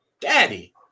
daddy